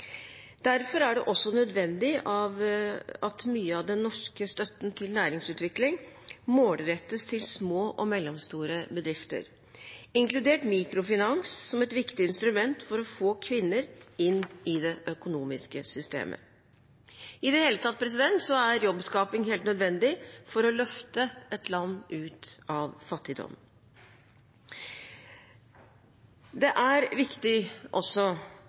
Derfor er det også nødvendig at mye av den norske støtten til næringsutvikling målrettes til små og mellomstore bedrifter, inkludert mikrofinans, som er et viktig instrument for å få kvinner inn i det økonomiske systemet. I det hele tatt er jobbskaping helt nødvendig for å løfte et land ut av fattigdom. Det er også viktig